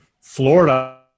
Florida